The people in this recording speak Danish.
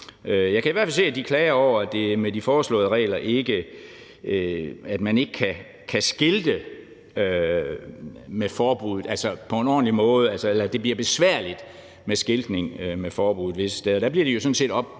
Jeg kan i hvert fald se, at de klager over, at man med de foreslåede regler ikke kan skilte med forbuddet på en ordentlig måde, altså at det bliver besværligt med skiltning med forbud.